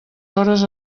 hores